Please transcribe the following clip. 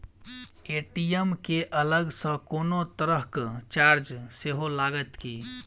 ATM केँ अलग सँ कोनो तरहक चार्ज सेहो लागत की?